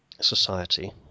society